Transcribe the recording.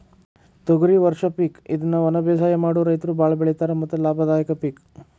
ತೊಗರಿ ವರ್ಷ ಪಿಕ್ ಇದ್ನಾ ವನಬೇಸಾಯ ಮಾಡು ರೈತರು ಬಾಳ ಬೆಳಿತಾರ ಮತ್ತ ಲಾಭದಾಯಕ ಪಿಕ್